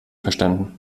verstanden